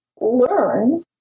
learn